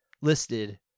listed